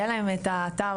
יהיה להם את האתר.